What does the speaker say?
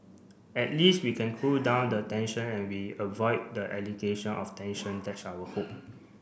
at least we can cool down the tension and we avoid the allegation of tension that's our hope